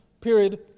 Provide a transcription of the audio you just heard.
Period